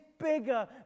Bigger